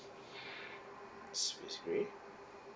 space grey